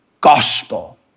gospel